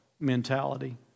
mentality